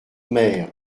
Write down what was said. mer